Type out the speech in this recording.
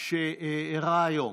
שאירע היום,